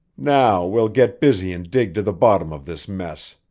now we'll get busy and dig to the bottom of this mess,